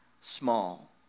small